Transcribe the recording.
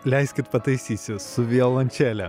leiskit pataisysiu su violončele